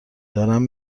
دارم